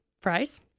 Fries